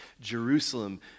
Jerusalem